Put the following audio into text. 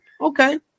Okay